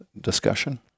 discussion